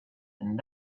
and